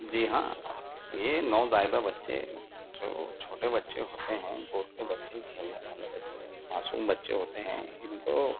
جی ہاں یہ نوزائیدہ بچے جو چھوٹے بچے ہوتے ہیں گود کے بچے کھیلنے والے بچے معصوم بچے ہوتے ہیں ان کو